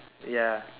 ya